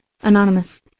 Anonymous